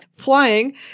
flying